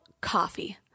Coffee